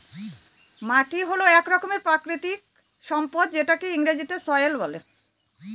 মাটি হল এক রকমের প্রাকৃতিক সম্পদ যেটাকে ইংরেজিতে সয়েল বলে